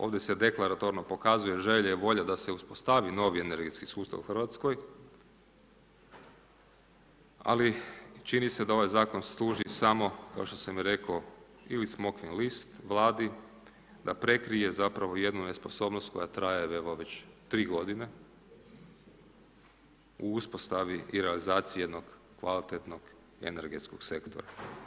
Ovdje se deklaratorno pokazuje želja i volja da se uspostavi novi energetski sustav u Hrvatskoj, ali čini se da ovaj zakon služi samo, kao što sam i rekao, ili smokvin list vladi da prekrije jednu nesposobnost koja traje evo već 3 godine u uspostavi i realizaciji jednog kvalitetnog energetskog sektora.